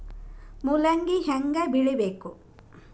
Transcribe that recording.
ಮೂಲಂಗಿ ಹ್ಯಾಂಗ ಬೆಳಿಬೇಕು?